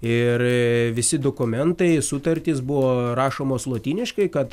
ir visi dokumentai sutartys buvo rašomos lotyniškai kad